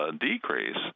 decrease